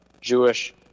jewish